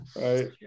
right